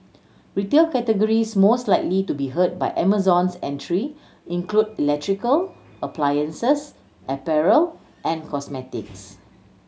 retail categories most likely to be hurt by Amazon's entry include electrical appliances apparel and cosmetics